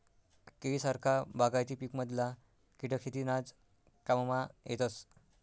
केळी सारखा बागायती पिकमधला किटक शेतीनाज काममा येतस